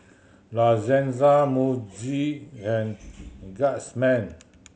La Senza Muji and Guardsman